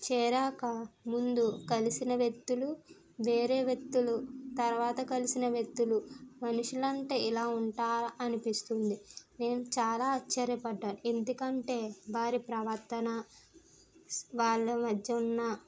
చేరాక ముందు కలిసిన వ్యక్తులు వేరే వ్యక్తులు తరువాత కలిసిన వ్యక్తులు మనుషులంతా ఇలా ఉంటారా అనిపిస్తుంది నేను చాలా ఆశ్చర్యపడ్డాను ఎందుకంటే వారి ప్రవర్తన వాళ్ళ మధ్య ఉన్న